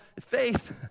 faith